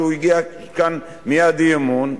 כשהוא הביע כאן מייד אי-אמון?